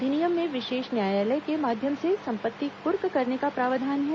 अधिनियम में विशेष न्यायालय के माध्यम से संपत्ति कुर्क करने का प्रावधान है